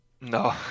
no